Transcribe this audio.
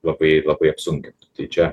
labai labai apsunkintu tai čia